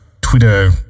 Twitter